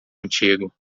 antigo